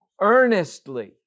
Earnestly